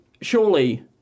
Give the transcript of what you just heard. surely